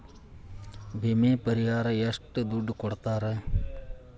ವಿಮೆ ಪರಿಹಾರ ಎಷ್ಟ ದುಡ್ಡ ಕೊಡ್ತಾರ?